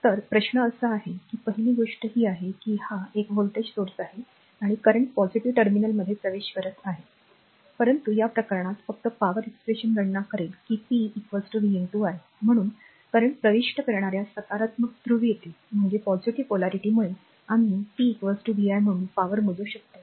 तर प्रश्न असा आहे की पहिली गोष्ट ही आहे की हा एक व्होल्टेज स्त्रोत आहे आणि current पॉझिटिव्ह टर्मिनल मध्ये प्रवेश करत आहे परंतु या प्रकरणात फक्त power expression गणना करेल की p v i म्हणून current प्रविष्ट करणाऱ्या सकारात्मक ध्रुवीयतेमुळे आम्ही p vi म्हणून पॉवर मोजू शकतो